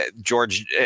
George